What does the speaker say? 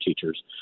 teachers